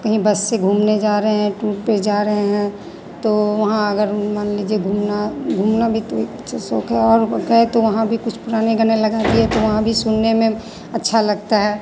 कहीं बस से घूमने जा रहे हैं टूर पे जा रहे हैं तो वहाँ अगर ऊ मान लीजिए घूमना घूमना भी तो एक अच्छा शौक है और वे गए तो वहाँ भी कुछ पुराने गाने लगा दिए तो वहाँ भी सुनने में अच्छा लगता है